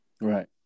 Right